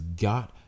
got